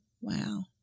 Wow